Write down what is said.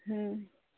ହୁଁ